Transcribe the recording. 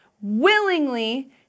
willingly